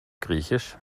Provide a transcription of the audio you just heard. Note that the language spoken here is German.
griechisch